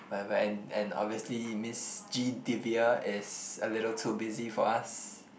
whatever and and obviously Miss G Divya is a little too busy for us